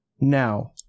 now